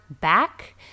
back